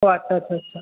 ও আচ্ছা আচ্ছা আচ্ছা